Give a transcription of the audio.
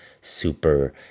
super